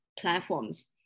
platforms